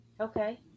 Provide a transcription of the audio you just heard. Okay